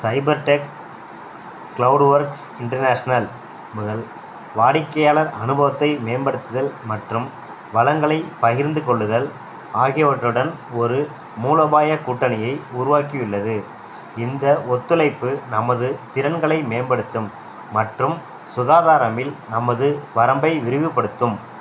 சைபர் Tech Cloud Works International முதல் வாடிக்கையாளர் அனுபவத்தை மேம்படுத்துதல் மற்றும் வளங்களைப் பகிர்ந்துக்கொள்ளுதல் ஆகியவற்றுடன் ஒரு மூலோபாய கூட்டணியை உருவாக்கியுள்ளது இந்த ஒத்துழைப்பு நமது திறன்களை மேம்படுத்தும் மற்றும் சுகாதாரமில் நமது வரம்பை விரிவுபடுத்தும்